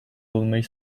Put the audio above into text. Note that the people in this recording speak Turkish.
olmayı